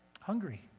hungry